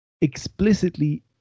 explicitly